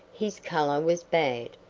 his color was bad,